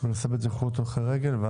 ממחזירים את הבטיחות להולכי רגל.